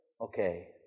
okay